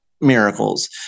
miracles